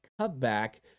cutback